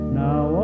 now